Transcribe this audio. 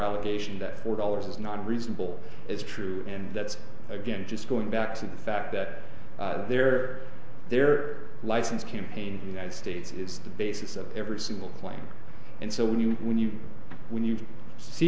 allegation that four dollars is not reasonable it's true and that's again just going back to the fact that their their license campaign in the united states is the basis of every single one and so when you when you when you see